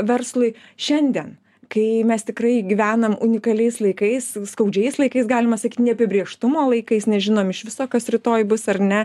verslui šiandien kai mes tikrai gyvenam unikaliais laikais skaudžiais laikais galima sakyt neapibrėžtumo laikais nežinom iš viso kas rytoj bus ar ne